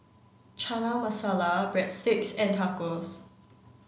Chana Masala Breadsticks and Tacos